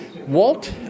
Walt